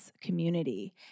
community